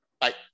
Bye